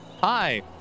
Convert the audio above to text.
Hi